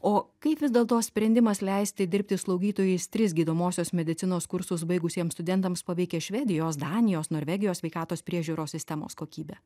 o kaip vis dėlto sprendimas leisti dirbti slaugytojais tris gydomosios medicinos kursus baigusiems studentams paveikia švedijos danijos norvegijos sveikatos priežiūros sistemos kokybę